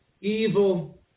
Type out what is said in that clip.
evil